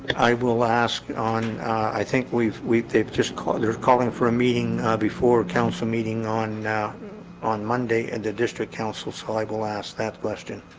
i will ask on i think we've we've just caught their calling for a meeting before council meeting on now on monday and the district council, so i will ask that question